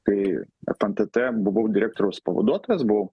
kai fntt buvau direktoriaus pavaduotojas buvau